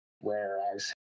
whereas